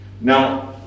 now